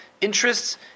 interests